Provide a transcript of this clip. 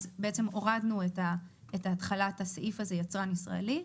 אז הורדנו את התחלת הסעיף הזה "יצרן ישראלי",